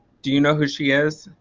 do you know who she is,